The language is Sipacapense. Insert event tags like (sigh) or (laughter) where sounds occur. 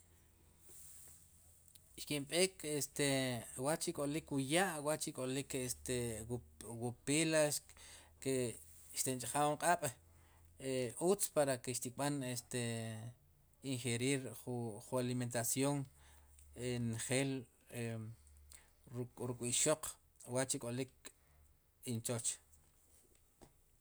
Xkinb'eek este wa'chi'k'olik wu ya' wa'chi'k'olik este wu wupila ke xtinch'ja' wun q'aab' (hesitation) utz para ke xtib'an este ingerir ju alimentación njel e ruk' wu ixoq wa'chi' k'olik iwchoch.